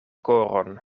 koron